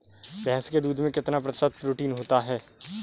भैंस के दूध में कितना प्रतिशत प्रोटीन होता है?